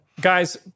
guys